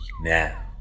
now